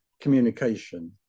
communication